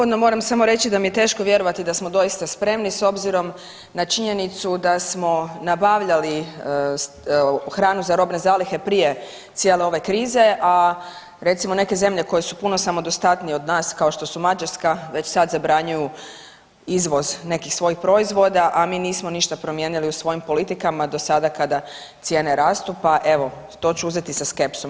Uvodno moram samo reći da mi je teško vjerovati da smo doista spremni s obzirom na činjenicu da smo nabavljali hranu za robne zalihe prije cijele ove krize, a recimo neke zemlje koje su puno samodostatnije od nas kao što su Mađarska već sad zabranjuju izvoz nekih svojih proizvoda, a mi nismo ništa promijenili u svojim politikama do sada kada cijene rastu, pa evo to ću uzeti sa skepsom.